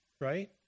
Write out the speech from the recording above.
right